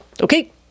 okay